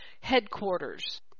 headquarters